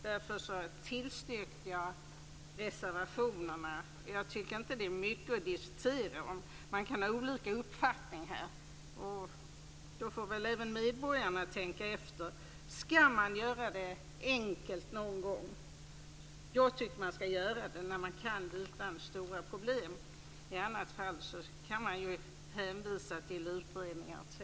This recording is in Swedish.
Därför tillstyrkte jag reservationerna. Jag tycker inte att det är mycket att diskutera om. Man kan ha olika uppfattning, och då får väl även medborgarna tänka efter. Skall man göra det enkelt någon gång tycker jag att man skall göra det när man kan göra det utan stora problem. I annat fall kan man ju hänvisa till utredningar, etc.